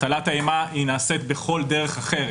הטלת האימה היא נעשית בכל דרך אחרת.